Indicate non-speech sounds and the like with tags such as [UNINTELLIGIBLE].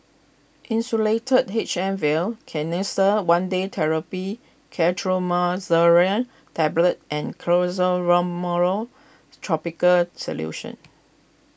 Insulatard H M Vial Canesten one Day therapy [UNINTELLIGIBLE] Tablet and [UNINTELLIGIBLE] tropical solution